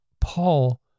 Paul